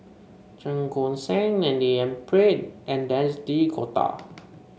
Cheong Koon Seng D N Pritt and Denis D'Cotta